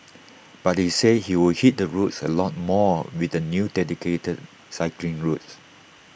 but he said he would hit the roads A lot more with the new dedicated cycling routes